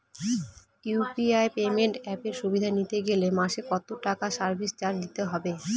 UPI payment অ্যাপের সুবিধা নিতে গেলে মাসে কত টাকা সার্ভিস চার্জ দিতে হবে?